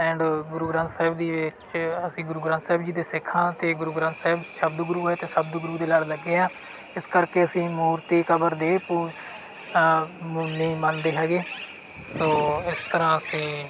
and Guru Granth Sahib ji ਵਿੱਚ ਅਸੀਂ ਗੁਰੂ ਗ੍ਰੰਥ ਸਾਹਿਬ ਜੀ ਦੇ ਸਿੱਖ ਹਾਂ ਅਤੇ ਗੁਰੂ ਗ੍ਰੰਥ ਸਾਹਿਬ ਸ਼ਬਦ ਗੁਰੂ ਹੈ ਅਤੇ ਸ਼ਬਦ ਗੁਰੂ ਦੇ ਲੜ ਲੱਗੇ ਹਾਂ ਇਸ ਕਰਕੇ ਅਸੀਂ ਮੂਰਤੀ ਕਬਰ ਦੇ ਪੁ ਮੂ ਨਹੀਂ ਮੰਨਦੇ ਹੈਗੇ ਸੋ ਇਸ ਤਰ੍ਹਾਂ ਅਸੀਂ